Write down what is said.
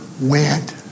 went